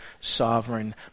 sovereign